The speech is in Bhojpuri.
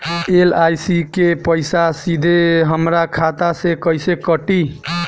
एल.आई.सी के पईसा सीधे हमरा खाता से कइसे कटी?